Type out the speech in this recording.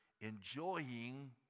enjoying